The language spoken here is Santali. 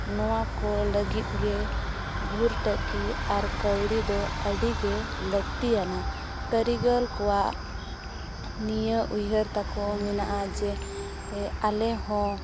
ᱱᱚᱣᱟ ᱠᱚ ᱞᱟᱹᱜᱤᱫᱼᱜᱮ ᱵᱷᱚᱨᱛᱩᱠᱤ ᱟᱨ ᱠᱟᱹᱣᱲᱤ ᱫᱚ ᱟᱹᱰᱤᱜᱮ ᱞᱟᱹᱠᱛᱤᱭᱟᱱᱟ ᱠᱟᱹᱨᱤᱜᱚᱞ ᱠᱚᱣᱟᱜ ᱱᱤᱭᱟᱹ ᱩᱭᱦᱟᱹᱨ ᱛᱟᱠᱚ ᱢᱮᱱᱟᱜᱼᱟ ᱡᱮ ᱟᱞᱮ ᱦᱚᱸ